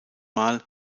mal